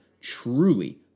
Truly